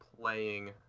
playing